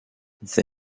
the